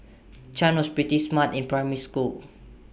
chan was pretty smart in primary school